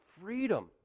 freedom